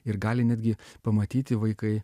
ir gali netgi pamatyti vaikai